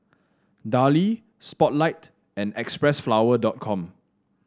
Darlie Spotlight and Xpressflower Com